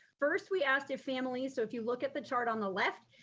first, we asked their families so if you look at the chart on the left,